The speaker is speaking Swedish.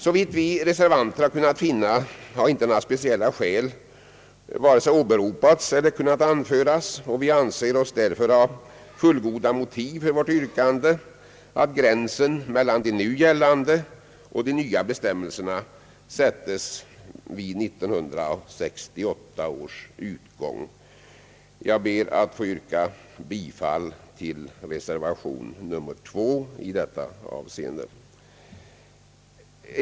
Såvitt vi reservanter kan finna har inte några speciella skäl kunnat anföras, och vi anser oss därför ha fullgoda motiv för vårt yrkande att gränsen mellan de nu gällande och de nya bestämmelserna sättes vid 1968 års utgång. Jag ber att få yrka bifall till reservation 2 i detta avseende.